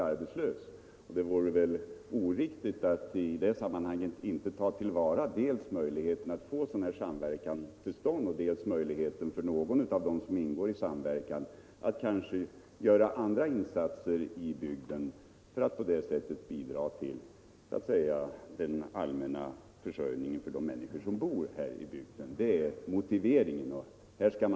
Det vore väl oriktigt att inte ta till vara dels möjligheten att få sådan här samverkan till stånd, dels möjligheten för någon av dem som ingår i samverkan att göra andra insatser för att på det sättet bidra till försörjningen för de människor som bor i bygden. Detta är motiveringen.